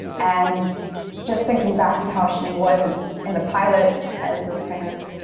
and just thinking back to how she was in the pilot. as this kind of